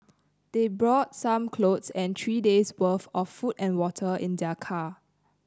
they brought some clothes and three days' worth of food and water in their car